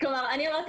אני לא ידעתי